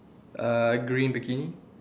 uh green bikini